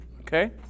Okay